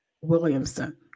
Williamson